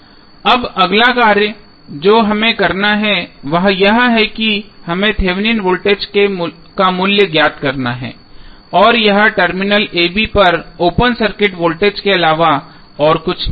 अब अगला कार्य जो हमें करना है वह यह है कि हमें थेवेनिन वोल्टेज का मूल्य ज्ञात करना है और यह टर्मिनल a b पर ओपन सर्किटेड वोल्टेज के अलावा और कुछ नहीं है